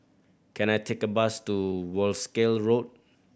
can I take a bus to Wolskel Road